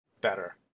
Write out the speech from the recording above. better